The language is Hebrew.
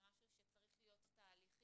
זה משהו שצריך להיות תהליכי,